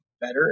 better